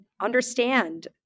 understand